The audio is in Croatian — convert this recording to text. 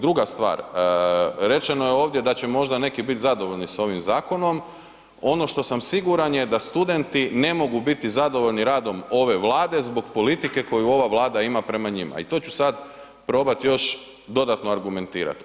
Druga stvar, rečeno je ovdje da će možda neki bit zadovoljni sa ovim zakonom, ono što sam siguran je da studenti ne mogu biti zadovoljni radom ove Vlade zbog politike koju ova Vlada ima prema njima i to ću sad probat još dodatno argumentirati.